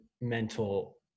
mental